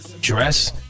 dress